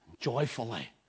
joyfully